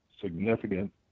significant